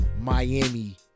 miami